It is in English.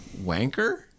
Wanker